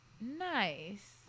Nice